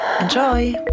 Enjoy